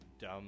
dumb